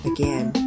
Again